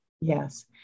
Yes